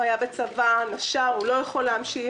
הוא היה בצבא ונשר, הוא לא יכול להמשיך.